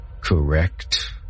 Correct